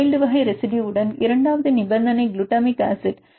wild வகை ரெசிடுயுவுடன் இரண்டாவது நிபந்தனை குளுட்டமிக் அமிலம்